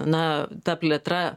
na ta plėtra